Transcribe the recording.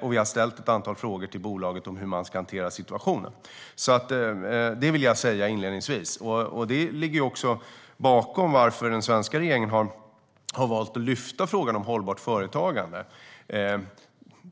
och vi har ställt ett antal frågor till bolaget om hur man ska hantera situationen. Detta vill jag säga inledningsvis. Detta ligger bakom att den svenska regeringen har valt att lyfta upp frågan om hållbart företagande.